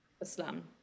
Islam